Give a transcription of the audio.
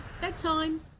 Bedtime